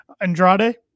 Andrade